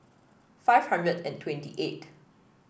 five hundred and twenty eight